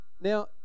Now